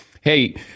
hey